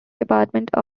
department